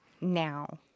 now